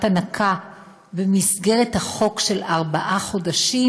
הנקה במסגרת החוק של ארבעה חודשים,